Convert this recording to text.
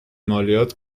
مالیات